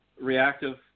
reactive